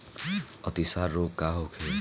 अतिसार रोग का होखे?